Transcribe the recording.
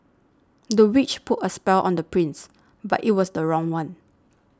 the witch put a spell on the prince but it was the wrong one